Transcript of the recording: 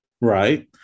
Right